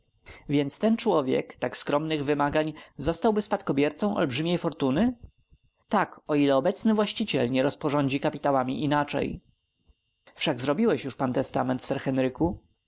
więc ten człowiek tak skromnych wymagań zostałby spadkobiercą olbrzymiej fortuny tak o ile obecny właściciel nie rozporządzi kapitałami inaczej wszak zrobiłeś już pan testament sir henryku